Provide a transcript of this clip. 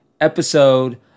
episode